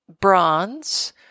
bronze